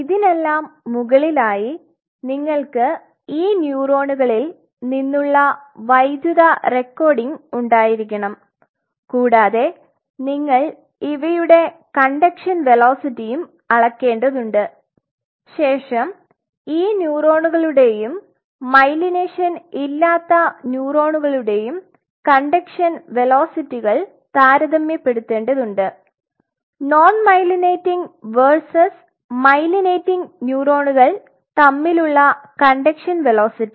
ഇതിനെല്ലാം മുകളിലായി നിങ്ങൾക്ക് ഈ ന്യൂറോണുകളിൽ നിന്നുള്ള വൈദ്യുത റെക്കോർഡിംഗ് ഉണ്ടായിരിക്കണം കൂടാതെ നിങ്ങൾ ഇവയുടെ കൻഡക്ഷൻ വെലോസിറ്റിയും അളക്കേണ്ടതുണ്ട് ശേഷം ഈ ന്യൂറോണുകളുടെയും മൈലിനേഷൻ ഇല്ലാത്ത ന്യൂറോണുകളുടെയും കൻഡക്ഷൻ വെലോസിറ്റിക്കൾ താരതമ്യപ്പെടുത്തേണ്ടതുണ്ട് നോൺ മെയ്ലിനേറ്റിംഗ് വേഴ്സസ് മൈലിനേറ്റിംഗ് ന്യൂറോണുകൾ തമ്മിലുള്ള കൻഡക്ഷൻ വെലോസിറ്റി